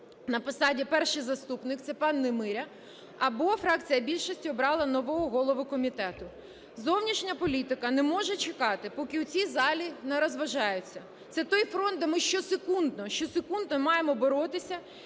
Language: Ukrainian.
на посаді перший заступник, це пан Немиря, або фракція більшості обрала нового голову комітету. Зовнішня політика не може чекати, поки у цій залі нарозважаються. Це той фронт, де ми щосекундно, щосекундно маємо боротися,